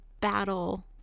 battle